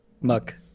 Muck